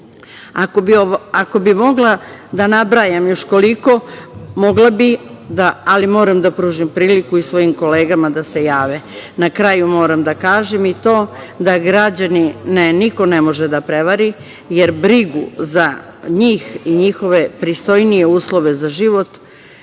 bih mogla da nabrajam još koliko, mogla bi da, ali moram da pružim i svojim kolegama da se jave. Na kraju, moram da kažem i to da građane niko ne može da prevari, jer brigu za njih i njihove pristojnije uslove za život